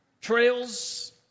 trails